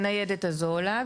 הניידת הזו עולה,